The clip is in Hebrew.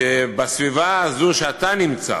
שבסביבה הזאת שאתה נמצא,